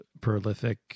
prolific